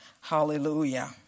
Hallelujah